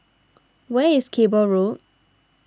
where is Cable Road